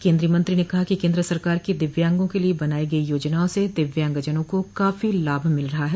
केन्द्रीय मंत्री ने कहा कि केन्द्र सरकार की दिव्यांगों के लिए बनायी गई योजनाओं से दिव्यांगजनों को काफी लाभ मिल रहा है